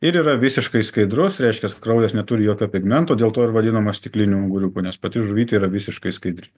ir yra visiškai skaidrus reiškias kraujas neturi jokio pigmento dėl to ir vadinamas stikliniu unguriuku nes pati žuvytė yra visiškai skaidri